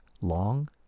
long